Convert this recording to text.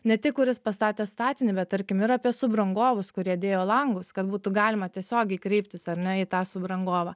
ne tik kuris pastatė statinį bet tarkim ir apie subrangovus kurie dėjo langus kad būtų galima tiesiogiai kreiptis ar ne į tą subrangovą